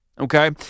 Okay